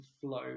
flow